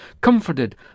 comforted